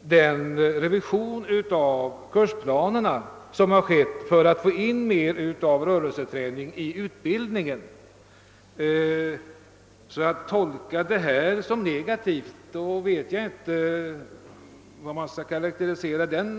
den revision av kursplanerna som skett för att få in mer av rörelseträning i utbildningen. Om fru Jonäng tolkar detta avstyrkande som negativt vet jag inte hur man skall karakterisera detta.